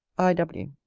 i. w.